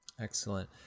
Excellent